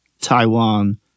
Taiwan